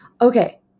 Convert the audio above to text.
Okay